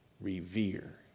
revere